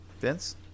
Vince